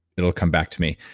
it'll come back to me.